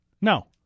No